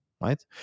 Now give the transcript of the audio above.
right